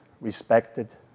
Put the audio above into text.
respected